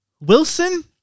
Wilson